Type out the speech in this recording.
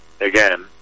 Again